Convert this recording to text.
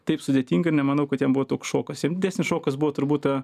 taip sudėtinga nemanau kad jam buvo toks šokas jam didesnis šokas buvo turbūt ta